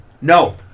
No